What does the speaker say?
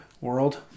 World